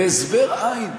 והסבר אין.